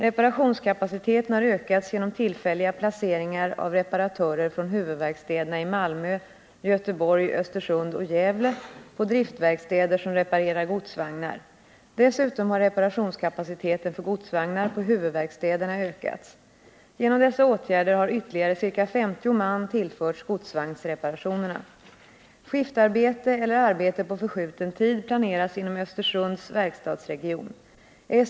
Reparationskapaciteten har ökats genom tillfälliga placeringar av reparatörer från huvudverkstäderna i Malmö, Göteborg, Östersund och Gävle på driftverkstäder som reparerar godsvagnar. Dessutom har reparationskapaciteten för godsvagnar på huvudverkstäderna ökats. Genom dessa åtgärder har ytterligare ca 50 man tillförts godsvagnsreparationerna. Skiftarbete eller arbete på förskjuten tid planeras inom Östersunds verkstadsregion.